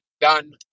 done